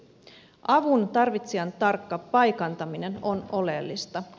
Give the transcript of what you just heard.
avun tarvitsijan tarkka paikantaminen on oleellista